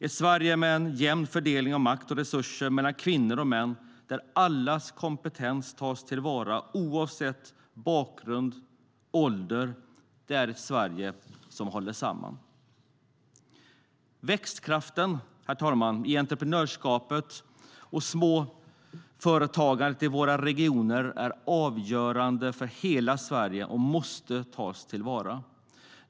Ett Sverige med en jämn fördelning av makt och resurser mellan kvinnor och män och där allas kompetens tas till vara oavsett bakgrund och ålder är ett Sverige som håller samman. Växtkraften i entreprenörskapet och småföretagande i våra regioner är avgörande för hela Sverige och måste tas till vara.